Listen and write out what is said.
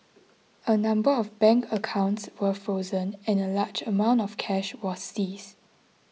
a number of bank accounts were frozen and a large amount of cash was seized